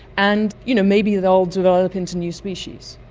and you know maybe they'll develop into new species.